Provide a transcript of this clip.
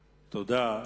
תודה.